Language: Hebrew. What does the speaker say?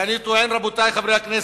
ואני טוען, רבותי חברי הכנסת,